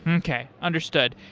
okay. understood.